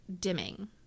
dimming